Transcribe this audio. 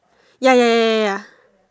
ya ya ya ya ya